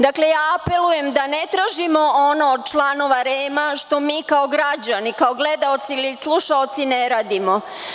Dakle, apelujem da ne tražimo ono od članova REM-a što mi kao građani, kao gledaoci ili slušaoci ne radimo.